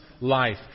life